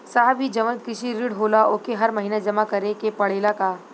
साहब ई जवन कृषि ऋण होला ओके हर महिना जमा करे के पणेला का?